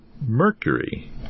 mercury